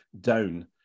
down